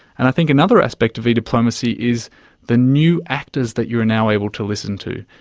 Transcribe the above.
and i think another aspect of e-diplomacy is the new actors that you are now able to listen to.